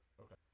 Okay